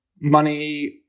money